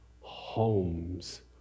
Homes